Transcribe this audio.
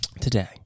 Today